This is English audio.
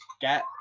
get